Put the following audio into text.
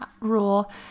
rule